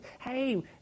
Hey